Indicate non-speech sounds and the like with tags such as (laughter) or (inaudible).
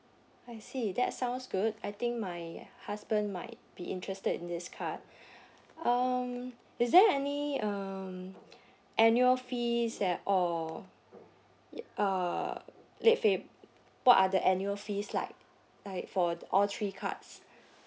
I see that sounds good I think my husband might be interested in this card (breath) um is there any um annual fees that or uh late fa~ what are the annual fees like like for all three cards